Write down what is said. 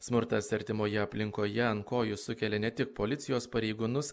smurtas artimoje aplinkoje ant kojų sukelia ne tik policijos pareigūnus